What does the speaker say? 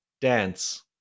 Dance